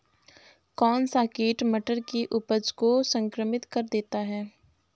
कौन सा कीट मटर की उपज को संक्रमित कर देता है?